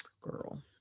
Girl